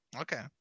okay